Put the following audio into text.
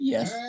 Yes